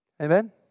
Amen